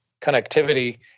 connectivity